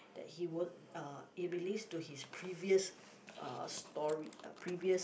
that he won't uh he believes to his previous uh story uh previous